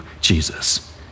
Jesus